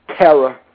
terror